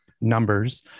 numbers